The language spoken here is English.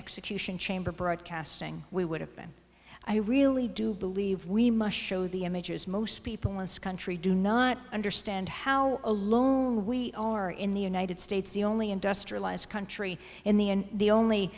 execution chamber broadcasting we would have been i really do believe we must show the images most people in this country do not understand how in the united states the only industrialized country in the end the only